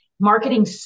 Marketing